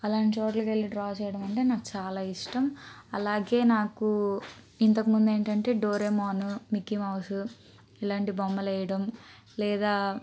అలాంటి చోట్లకెళ్ళీ డ్రా చేయడం నాకు చాలా ఇష్టం అలాగే నాకు ఇంతకముందు ఏంటంటే డోరామాను మీకీ మౌస్ ఇలాంటి బొమ్మలు వేయడం లేదా